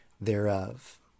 thereof